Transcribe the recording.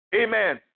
amen